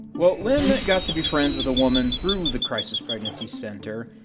well, lyn got to be friends with a woman through the crisis pregnancy center.